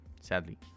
Sadly